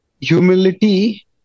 humility